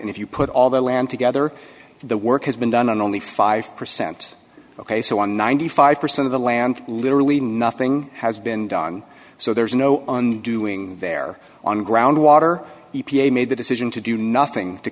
and if you put all the land together the work has been done on only five percent ok so on ninety five percent of the land literally nothing has been done so there's no on doing there on ground water e p a made the decision to do nothing to